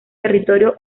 territorio